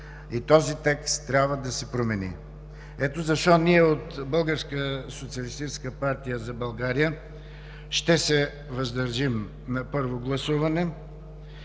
и този текст трябва да се промени. Ето защо ние от „БСП за България“ ще се въздържим на първо гласуване